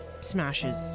smashes